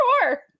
Sure